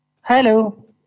Hello